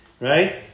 right